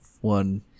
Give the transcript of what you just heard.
one